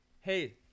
Hey